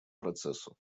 процессу